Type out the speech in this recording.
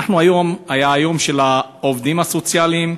היום היה היום של העובדים הסוציאליים,